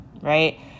right